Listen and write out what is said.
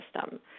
system